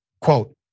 Quote